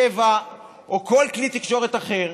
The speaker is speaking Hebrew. את בשבע או כל כלי תקשורת אחר,